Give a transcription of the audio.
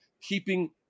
keeping